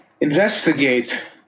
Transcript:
investigate